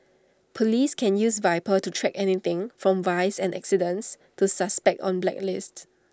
Police can use Viper to track anything from vice and accidents to suspects on blacklists